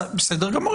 בסדר גמור.